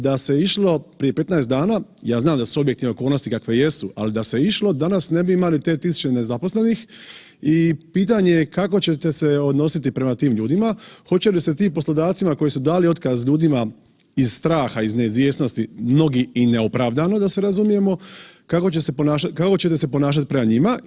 Da se išlo prije 15 dana, ja znam da su objektivno okolnosti kakve jesu, ali da se išlo, danas ne bi imali te tisuće nezaposlenih i pitanje je kako ćete se odnositi prema tim ljudima, hoće li se tim poslodavcima koji su dali otkaz ljudima iz straha, iz neizvjesnosti, mnogi i neopravdano, da se razumijemo, kako ćete se ponašati prema njima?